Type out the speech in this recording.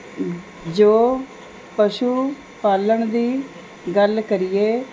ਜੋ ਪਸ਼ੂ ਪਾਲਣ ਦੀ ਗੱਲ ਕਰੀਏ